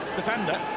defender